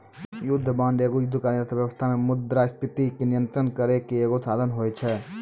युद्ध बांड एगो युद्धकालीन अर्थव्यवस्था से मुद्रास्फीति के नियंत्रण करै के एगो साधन होय छै